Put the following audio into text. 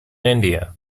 india